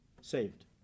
saved